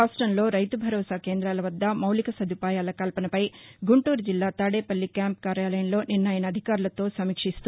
రాష్టంలో రైతు భరోసా కేంద్రాల వద్ద మౌలిక సదుపాయాల కల్పనపై గుంటూరు జిల్లా తేడాపల్లి క్యాంపు కార్యాలయంలో నిన్న ఆయన అధికారులతో సమీక్షిస్తూ